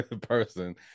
person